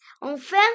enfin